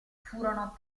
furono